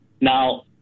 Now